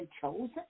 chosen